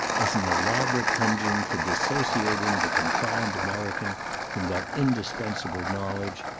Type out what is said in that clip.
as an elaborate engine for dissociating the confined american from that indispensable knowledge,